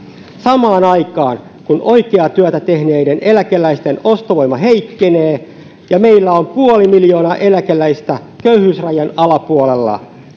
samaan aikaan kun oikeaa työtä tehneiden eläkeläisten ostovoima heikkenee ja meillä on puoli miljoonaa eläkeläistä köyhyysrajan alapuolella